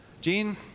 Gene